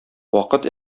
вакыт